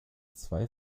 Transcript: zwei